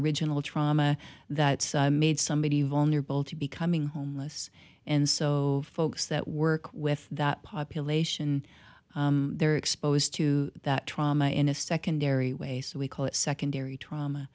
original trauma that made somebody vulnerable to becoming homeless and so folks that work with that population they're exposed to that trauma in a secondary way so we call it secondary trauma